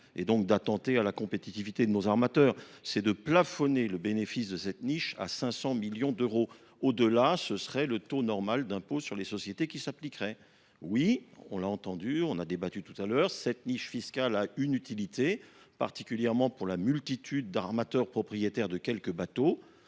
et, donc, d’attenter à la compétitivité de nos armateurs, mais de plafonner son bénéfice à 500 millions d’euros. Au delà, le taux normal d’impôt sur les sociétés s’appliquerait. On en a débattu tout à l’heure, oui, cette niche fiscale a une utilité, particulièrement pour la multitude d’armateurs propriétaires de quelques bateaux